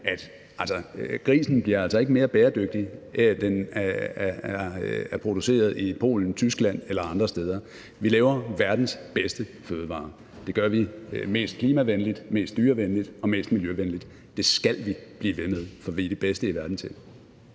Grisen bliver altså ikke mere bæredygtig af, at den er produceret i Polen, Tyskland eller andre steder. Vi laver verdens bedste fødevarer. Det gør vi mest klimavenligt, mest dyrevenligt og mest miljøvenligt. Det skal vi blive ved med, for vi er de bedste i verden til